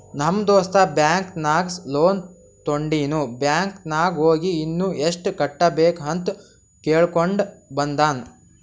ನಮ್ ದೋಸ್ತ ಬ್ಯಾಂಕ್ ನಾಗ್ ಲೋನ್ ತೊಂಡಿನು ಬ್ಯಾಂಕ್ ನಾಗ್ ಹೋಗಿ ಇನ್ನಾ ಎಸ್ಟ್ ಕಟ್ಟಬೇಕ್ ಅಂತ್ ಕೇಳ್ಕೊಂಡ ಬಂದಾನ್